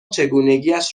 چگونگیاش